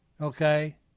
okay